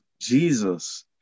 Jesus